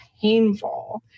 painful